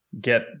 get